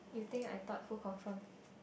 you think I thought who confirm